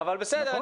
אבל בסדר.